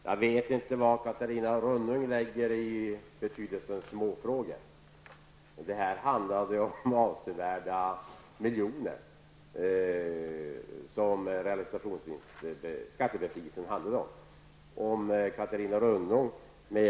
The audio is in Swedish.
Herr talman! Jag vet inte vad Catarina Rönnung lägger för betydelse i ordet småfrågor. Det handlade här om en skattebefrielse på miljoner kronor.